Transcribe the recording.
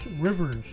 rivers